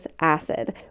acid